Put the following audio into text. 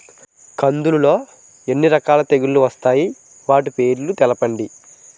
కందులు లో ఎన్ని రకాల తెగులు వస్తాయి? వాటి పేర్లను తెలపండి?